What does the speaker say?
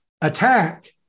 attack